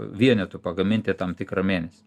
vienetų pagaminti tam tikrą mėnesį